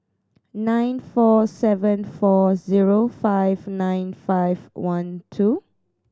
nine four seven four zero five nine five one two